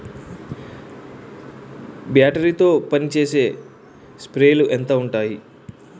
Battery తో పనిచేసే స్ప్రేలు ఎంత ఉంటాయి?